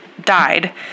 died